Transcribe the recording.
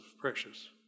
precious